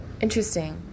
Interesting